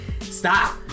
stop